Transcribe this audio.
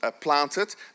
planted